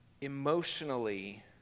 emotionally